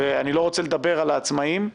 ואני לא רוצה לדבר על העצמאים,